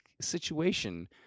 situation